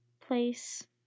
place